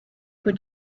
would